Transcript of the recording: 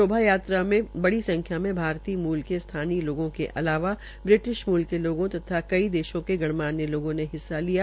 शोभा यात्रा में बड़ी संख्या में भारतीय मूल के स्थानीय लोगों के अलावा ब्रिटिश मूल के लोगों तथा कई देशों के गणमान्य लोगों ने हिस्सा लिया